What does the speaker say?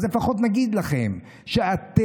אז לפחות נגיד לכם שאתם,